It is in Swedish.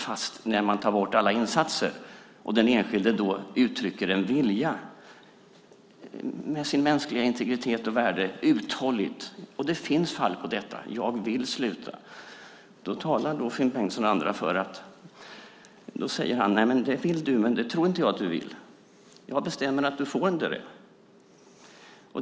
Men när man tar bort alla insatser och den enskilde uttrycker en vilja, med sin mänskliga integritet och sitt värde uthålligt säger sig vilja sluta - och det finns sådana fall - säger Finn Bengtsson och andra: Det tror inte jag att du vill. Jag bestämmer att du inte får det.